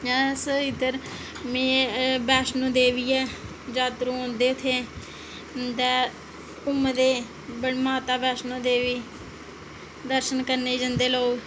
अस इद्धर में वैष्णो देवी ऐ जात्तरू औंदे इत्थै इंदे घुम्मदे माता वैष्णो देवी दर्शन करने गी जंदे लोग